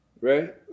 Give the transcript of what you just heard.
Right